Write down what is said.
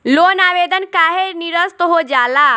Loan आवेदन काहे नीरस्त हो जाला?